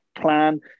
plan